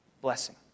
blessing